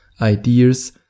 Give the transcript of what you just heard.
ideas